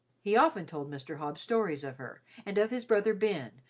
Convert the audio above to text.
he often told mr. hobbs stories of her and of his brother ben,